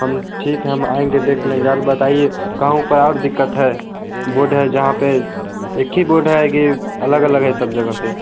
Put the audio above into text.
हम ठीक है हम आएँगे देख लेंगे और बताइए कहीं पर और दिक्कत है बोर्ड है जहाँ पर एक ही बोर्ड है कि अलग अलग है सब जगह पर